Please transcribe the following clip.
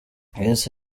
yahise